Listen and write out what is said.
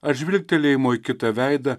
ar žvilgtelėjimo į kitą veidą